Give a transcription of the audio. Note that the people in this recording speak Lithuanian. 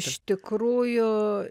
iš tikrųjų